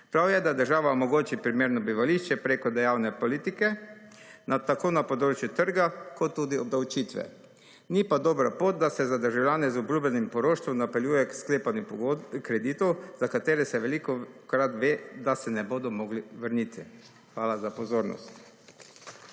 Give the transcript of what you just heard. Prav je, da država omogoči primerno bivališče preko dejavne politike tako na področju trga kot tudi obdavčitve. Ni pa dobra pot, da se za državljane z obljubljenim poroštvom napeljuje sklepanje kreditov, za katere se velikokrat ve, da se ne bodo mogli vrniti. Hvala za pozornost.